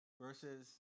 versus